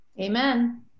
Amen